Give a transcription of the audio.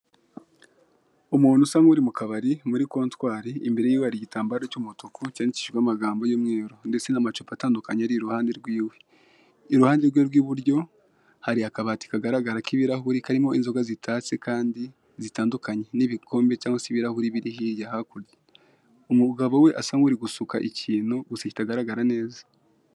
Umuntu usa n'uri mu kabari muri kontwari, imbere y'iwe hari igitambaro cy'umutuku cyandikishijweho amagambo y'umweru ndetse n'amacupa atandukanye ari iruhande rw'iwe. Iruhande rwe rw'iburyo hari akabati kagaragara k'ibirahure, karimo inzoga zitatse kandi zitandukanye, n'bikombe cyangwa se ibirahure biri hirya hakurya. Umugabo we asa nk'uri gusuka ikintu, gusa kitagaragara neza.